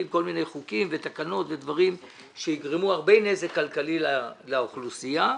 כל מיני חוקים ותקנות ודברים שיגרמו נזק כלכלי כבד לאוכלוסייה.